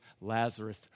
Lazarus